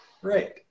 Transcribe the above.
Great